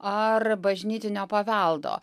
ar bažnytinio paveldo